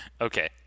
Okay